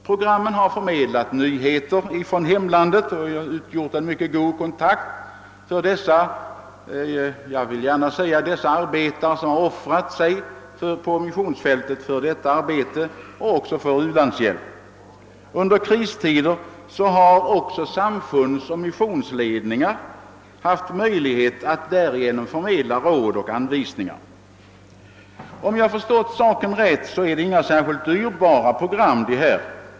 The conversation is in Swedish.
Programmen har förmedlat nyheter från hemlandet och utgjort en mycket god kontakt för dessa arbetare som offrat sig — jag vill gärna uttrycka saken så för missionsarbetet och även till dels för u-landshjälpen. Under kristider har också samfundsoch missionsledningar haft möjlighet att på denna väg förmedla råd och anvisningar. Om jag förstått saken rätt är programmen inte särskilt dyrbara.